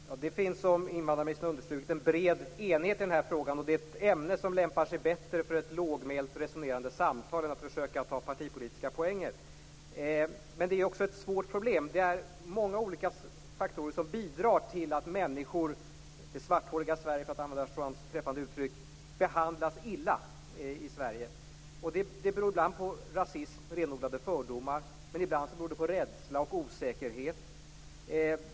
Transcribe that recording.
Herr talman! Det finns, som invandrarministern underströk, en bred enighet i den här frågan, och det är ett ämne som lämpar sig bättre för ett lågmält, resonerande samtal än för försök att ta partipolitiska poänger. Men det är också ett svårt problem. Många olika faktorer bidrar till att många människor - det svarthåriga Sverige, för att använda Juan Fonsecas träffande uttryck - behandlas illa i Sverige. Det beror ibland på rasism och renodlade fördomar, men ibland beror det på rädsla och osäkerhet.